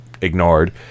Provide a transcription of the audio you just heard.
ignored